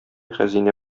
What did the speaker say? хәзинә